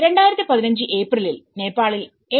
2015 ഏപ്രിലിൽ നേപ്പാളിൽ 7